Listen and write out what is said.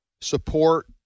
support